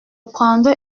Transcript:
prendrai